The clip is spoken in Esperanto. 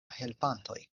helpantoj